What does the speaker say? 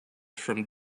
from